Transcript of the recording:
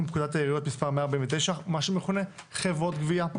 פקודת העיריות (מס' 149)(חברות גבייה),